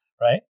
Right